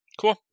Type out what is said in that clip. Cool